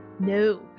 No